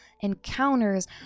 encounters